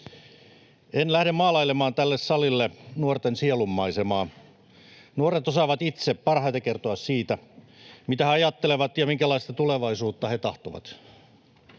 En lähde maalailemaan tälle salille nuorten sielunmaisemaa. Nuoret osaavat itse parhaiten kertoa siitä, mitä he ajattelevat ja minkälaista tulevaisuutta he tahtovat.